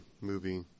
movie